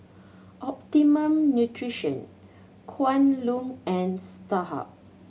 Optimum Nutrition Kwan Loong and Starhub